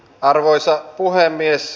arvoisa puhemies